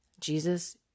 Jesus